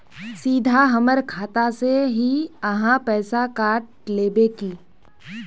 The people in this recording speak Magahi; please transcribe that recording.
सीधा हमर खाता से ही आहाँ पैसा काट लेबे की?